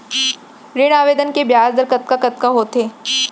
ऋण आवेदन के ब्याज दर कतका कतका होथे?